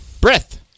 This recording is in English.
Breath